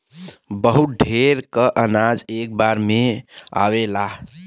बहुत ढेर क अनाज एक बार में आवेला